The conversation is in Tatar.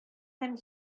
һәм